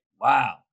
wow